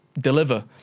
deliver